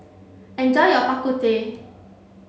enjoy your Bak Kut Teh